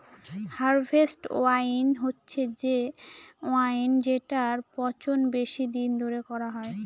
harvest wine হচ্ছে সে wine যেটার পচন বেশি দিন ধরে করা হয়